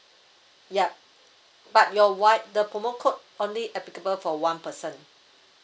yup but your wi~ the promo code only applicable for one person